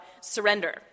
surrender